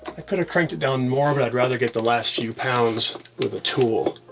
i could've cranked it down more, but i'd rather get the last few pounds with a tool.